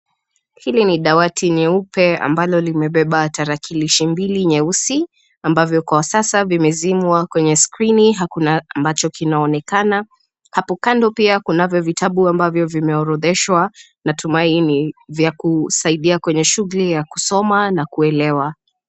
Hili ni dawati nyeupe ambalo limebeba tarakilishi mbili nyeusi ambavyo kwa sasa vimezimwa, kwenye skrini hakuna ambacho kinaonekana. Hapo kando pia kuna vitabu ambavyo vimeorodheshwa natumai ni vya shughuli ya kusoma na kuelewa.